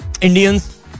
Indians